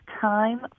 time